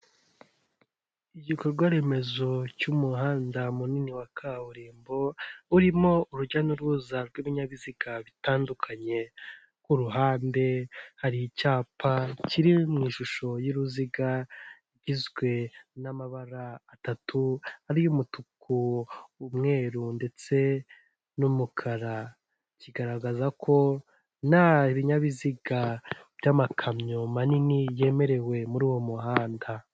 Igikorwaremezo cy'umuhanda munini wa kaburimbo, urimo urujya n'uruza rw'ibinyabiziga bitandukanye. Ku ruhande hari icyapa kiri mu ishusho y'uruziga igizwe n'amabara atatu ariyo umutuku, umweru ndetse n'umukara. Kigaragaza ko nta binyabiziga by'amakamyo manini yemerewe muri uwo muhanda.